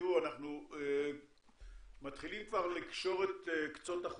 אנחנו מתחילים כבר לקשור את קצות החוטים,